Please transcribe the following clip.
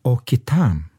o kitam